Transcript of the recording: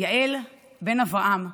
יעל בן אברהם,